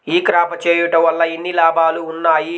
ఈ క్రాప చేయుట వల్ల ఎన్ని లాభాలు ఉన్నాయి?